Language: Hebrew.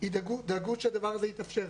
דאגו שהדבר הזה יתאפשר.